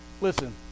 listen